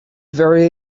very